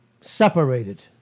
separated